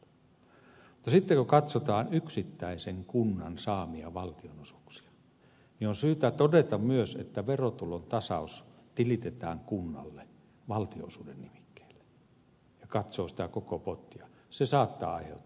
mutta sitten kun katsotaan yksittäisen kunnan saamia valtionosuuksia niin on syytä todeta myös että verotulontasaus tilitetään kunnalle valtionosuuden nimikkeellä ja jos katsoo sitä koko pottia se saattaa aiheuttaa heilahteluja